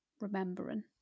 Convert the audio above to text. remembering